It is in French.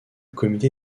comité